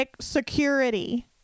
security